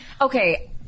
Okay